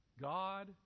God